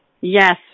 yes